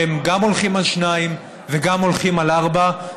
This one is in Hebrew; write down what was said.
גם ההולכים על שניים וגם ההולכים על ארבע,